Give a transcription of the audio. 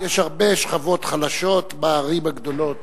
יש הרבה שכבות חלשות בערים הגדולות.